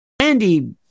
Andy